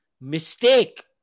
mistake